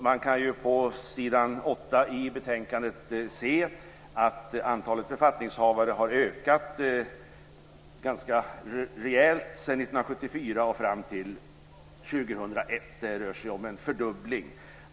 Man kan på s. 8 i betänkandet se att antalet befattningshavare har ökat ganska rejält sedan 1974 och fram till 2001. Det rör sig om en fördubbling.